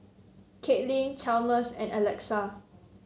Caitlin Chalmers and Alexa